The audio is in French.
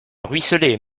ruisselait